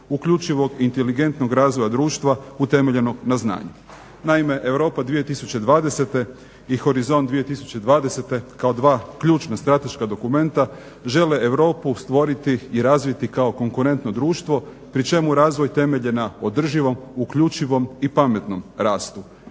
uključivog i inteligentnog razvoja društva utemeljenog na znanju. Naime, Europa 2020 i Horizont 2020 kao dva ključna strateška dokumenta žele Europu stvoriti i razviti kao konkurentno društvo pri čemu razvoj temelje na održivom, uključivom i pametnom rastu.